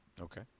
Okay